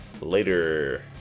later